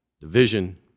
division